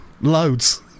loads